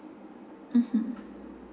mmhmm